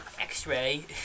x-ray